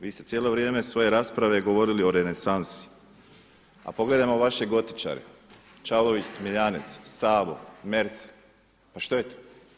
Vi ste cijelo vrijeme svoje rasprave govorili o renesansi a pogledajmo vaše gotičare Čanović, Smiljanec, Savo, Merzel, pa što je to?